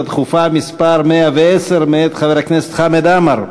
דחופה מס' 110 מאת חבר הכנסת חמד עמאר.